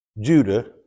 Judah